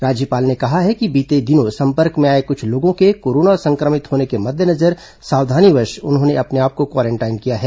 राज्यपाल ने कहा है कि बीते दिनों संपर्क में आए कुछ लोगों के कोरोना संक्रमित होने के मद्देनजर सावधानीवश उन्होंने अपने आप को क्वारेंटाइन किया है